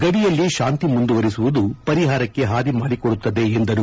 ಗದಿಯಲ್ಲಿ ಶಾಂತಿ ಮುಂದುವರಿಸುವುದು ಪರಿಹಾರಕ್ಕೆ ಹಾದಿ ಮಾಡಿಕೊಡುತ್ತದೆ ಎಂದರು